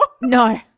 No